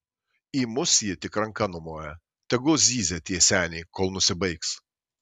į mus ji tik ranka numoja tegu zyzia tie seniai kol nusibaigs